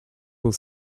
will